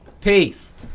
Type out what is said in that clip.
Peace